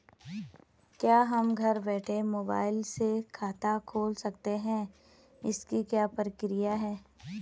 क्या हम घर बैठे मोबाइल से खाता खोल सकते हैं इसकी क्या प्रक्रिया है?